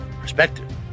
perspective